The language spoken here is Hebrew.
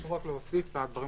חשוב רק להוסיף לדברים